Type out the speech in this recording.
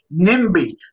NIMBY